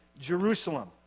Jerusalem